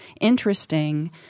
interesting